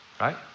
right